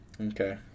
Okay